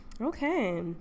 Okay